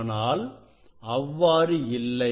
ஆனால் அவ்வாறு இல்லை